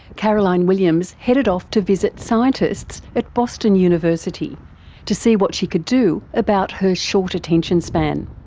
caroline williams headed off to visit scientists at boston university to see what she could do about her short attention span.